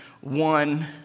one